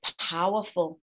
powerful